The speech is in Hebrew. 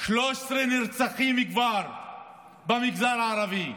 וכבר 13 נרצחים במגזר הערבי.